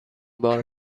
بار